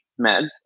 meds